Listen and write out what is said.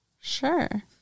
Sure